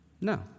No